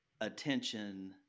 attention